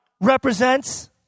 represents